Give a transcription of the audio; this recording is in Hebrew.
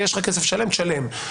יש לך כסף לשלם, תשלם.